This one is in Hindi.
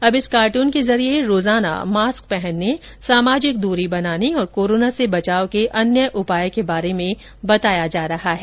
अब इस कार्टून के जरिये रोजाना मास्क पहनने सामाजिक दूरी बनाने और कोरोना से बचाव के अन्य उपाय के बारे में बताया जा रहा है